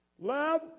Love